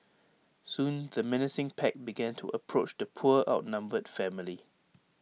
soon the menacing pack began to approach the poor outnumbered family